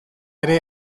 ere